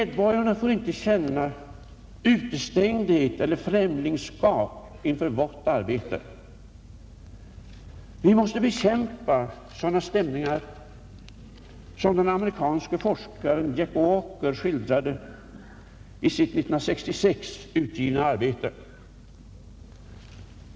De får inte känna utestängdhet eller främlingskap inför vårt arbete. Vi måste bekämpa sådana stämningar som den amerikanske forskaren Jack Walker skildrar i sitt 1966 utgivna arbete.